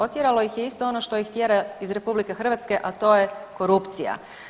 Otjeralo ih je isto ono što ih tjera iz RH, a to je korupcija.